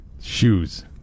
Shoes